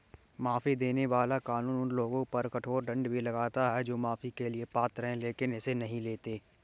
माफी देने वाला कानून उन लोगों पर कठोर दंड भी लगाता है जो माफी के लिए पात्र हैं लेकिन इसे नहीं लेते हैं